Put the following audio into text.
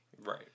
Right